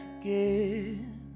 again